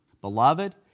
Beloved